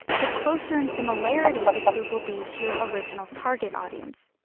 the closer in similarity this group will be to your original target audience.